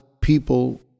people